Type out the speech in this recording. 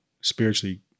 spiritually